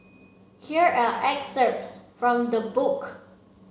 here are excerpts from the book